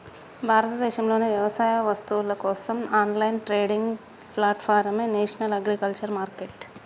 భారతదేశంలోని వ్యవసాయ వస్తువుల కోసం ఆన్లైన్ ట్రేడింగ్ ప్లాట్ఫారమే నేషనల్ అగ్రికల్చర్ మార్కెట్